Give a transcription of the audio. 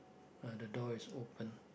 ah the door is open